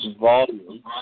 volume